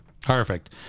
Perfect